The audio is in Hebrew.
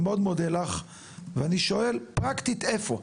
אני מאוד מודה לך ואני שואל פרקטית איפה.